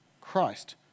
Christ